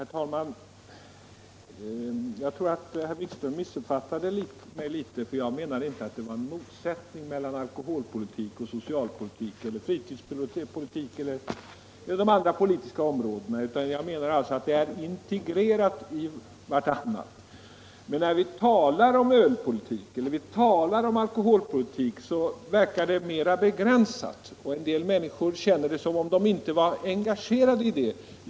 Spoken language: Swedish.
Herr talman! Jag tror att herr Wikström missuppfattade mig litet, för jag menade inte att det var en motsättning mellan alkoholpolitik och socialpolitik, fritidspolitik eller något av de andra politiska områdena. Jag menade att de är integrerade i varandra. Men när vi talar om alkoholpolitik verkar den mer begränsad. En del människor känner det som om de inte var engagerade i den delen.